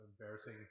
embarrassing